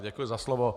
Děkuji za slovo.